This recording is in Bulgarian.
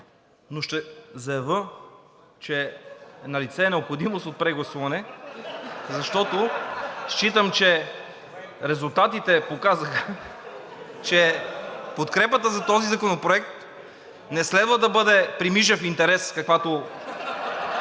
но ще заявя, че налице е необходимост от прегласуване, защото считам, че резултатите показаха, че подкрепата за този законопроект не следва да бъде при мижав интерес, каквато